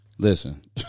Listen